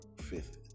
fifth